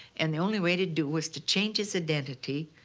and the only way to to was to change his identity,